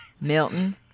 Milton